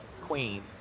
queen